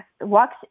walks